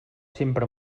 sempre